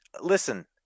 Listen